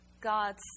God's